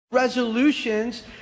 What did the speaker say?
Resolutions